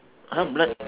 !huh! flag